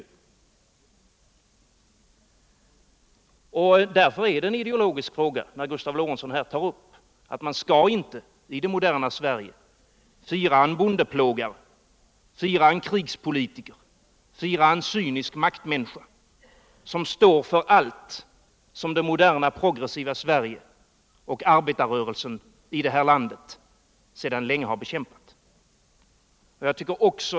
Därför är det en ideologisk fråga, när herr Lorentzon här tar upp att man inte skall, i det moderna Sverige, fira en bondeplågare, krigspolitiker och cynisk maktmänniska, som står för det som det moderna, progressiva Sverige och arbetarrörelsen i detta land sedan länge har bekämpat.